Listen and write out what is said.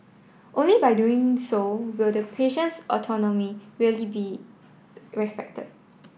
only by doing so will the patient's autonomy really be respected